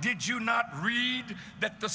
did you not read that the